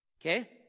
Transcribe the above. Okay